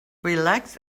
relaxed